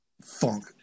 Funk